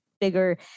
bigger